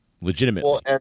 Legitimate